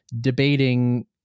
debating